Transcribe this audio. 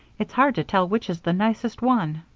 it's hard to tell which is the nicest one.